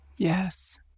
Yes